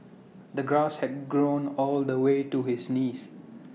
the grass had grown all the way to his knees